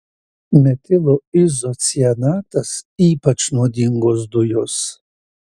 metilo izocianatas ypač nuodingos dujos